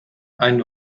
ein